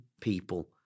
people